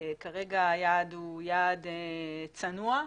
כרגע היעד הוא יעד צנוע,